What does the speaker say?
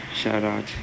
shout-out